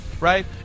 right